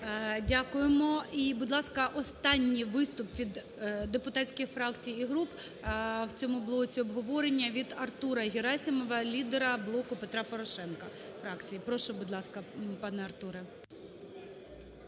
Дякуємо. І, будь ласка, останній виступ від депутатських фракцій і груп в цьому блоці, обговорення від Артура Герасимова, лідера "Блоку Петра Порошенка", фракції. Прошу, будь ласка, пане Артуре.